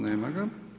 Nema ga.